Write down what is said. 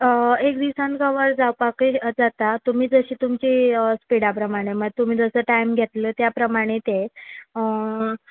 एक दिसान गांवार जावपाकय जाता तुमी जशी तुमची स्पिडा प्रमाणे तुमी जसो टायम घेतलो त्या प्रमाणे ते